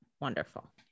wonderful